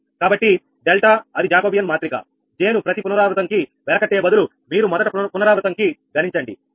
కాబట్టి డెల్టా అది జాకోబియన్ మాత్రిక J ను ప్రతి పునరావృతం కి వెలకట్టే బదులు మీరు మొదట పునరావృతం కి గణించండి